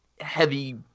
heavy